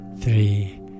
three